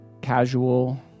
casual